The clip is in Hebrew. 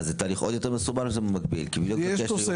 ברשותך, קצת התבלבלתי, כי אריכות התהליך,